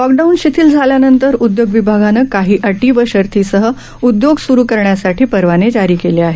lockdown शिथिल झाल्यानंतर उदयोग विभागाने काही अटी व शर्थीसह उदयोग सुरू करण्यासाठी परवाने जारी केले आहेत